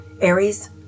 Aries